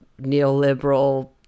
neoliberal